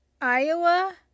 Iowa